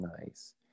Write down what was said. Nice